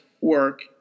work